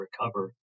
recover